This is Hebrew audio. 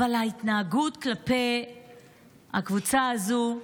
אבל ההתנהגות כלפי הקבוצה הזו,